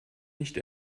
nicht